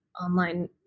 online